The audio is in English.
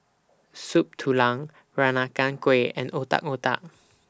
Soup Tulang Peranakan Kueh and Otak Otak